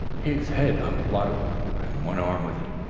his head on the blotting-book and one arm with it.